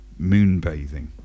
Moonbathing